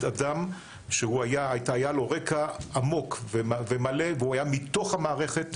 אדם שהיה לו רקע עמוק ומלא והוא היה מתוך המערכת,